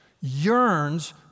yearns